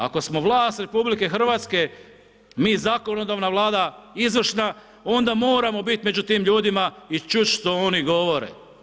Ako smo vlast RH mi zakonodavna vlada, izvršna, onda moramo bit među tim ljudima i čut što oni govore.